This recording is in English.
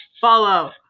follow